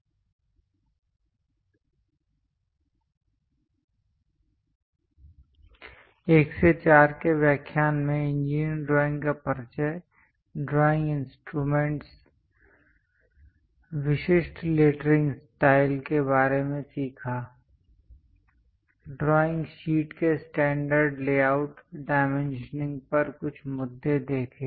1 से 4 के व्याख्यान में इंजीनियरिंग ड्राइंग का परिचय ड्रॉइंग इंस्ट्रूमेंट्स विशिष्ट लेटरिंग स्टाइल के बारे में सीखा ड्राइंग शीट के स्टैंडर्ड लेआउट डाइमेंशनिंग पर कुछ मुद्दे देखे